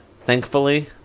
Thankfully